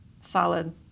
Solid